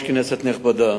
כנסת נכבדה,